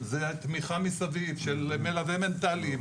זו תמיכה מסביב של מלווה מנטלי,